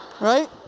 Right